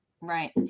Right